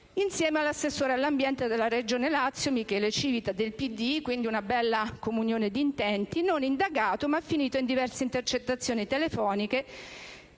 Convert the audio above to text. insieme all'assessore all'ambiente della Regione Lazio, Michele Civita del PD (quindi, una bella comunione di intenti), non indagato ma finito in diverse intercettazioni telefoniche